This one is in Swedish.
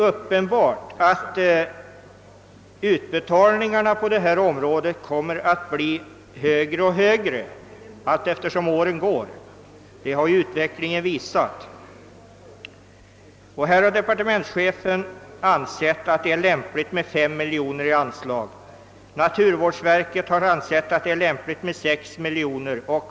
Utvecklingen har visat att utbetalningarna kommer att bli högre år efter år. Departementschefen har alltså ansett det lämpligt med ett anslag på 5 miljoner kronor, medan naturvårdsverket har förordat 6 miljoner kronor.